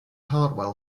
hartwell